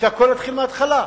שהכול יתחיל מההתחלה.